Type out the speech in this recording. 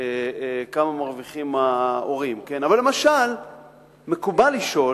כמה ההורים מרוויחים, אבל למשל מקובל לשאול,